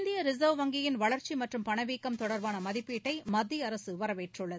இந்திய ரிசர்வ் வங்கியின் வளர்ச்சி மற்றும் பணவீக்கம் தொடர்பான மதிப்பீட்டை மத்திய அரசு வரவேற்றுள்ளது